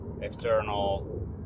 external